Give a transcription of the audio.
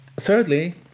thirdly